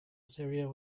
syria